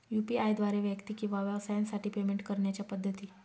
UPI द्वारे व्यक्ती किंवा व्यवसायांसाठी पेमेंट करण्याच्या पद्धती